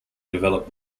develop